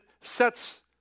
sets